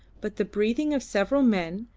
but the breathing of several men,